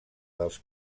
dels